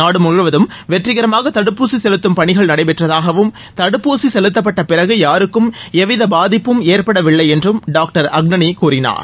நாடு முழுவதும் வெற்றிகரமாக தடுப்பூசி செலுத்தும் பணிகள் நடைபெற்றதாகவும் தடுப்பூசி செலுத்தப்பட்ட பிறகு யாருக்கும எவ்வித பாதிப்பும் ஏற்படவில்லை என்றும் டாக்டர் அக்னனி கூறினார்